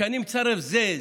שכשאני מצרף את זה,